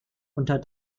unter